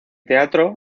teatro